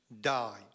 die